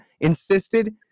insisted